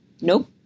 Nope